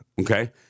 Okay